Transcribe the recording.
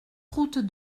route